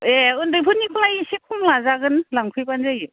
ए उन्दैफोरनिखौलाय एसे खम लाजागोन लांफैबानो जायो